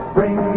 Bring